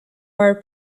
our